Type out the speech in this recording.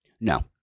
No